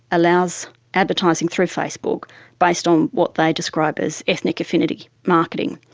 allows advertising through facebook based on what they described as ethnic affinity marketing.